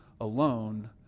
alone